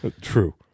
True